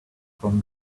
from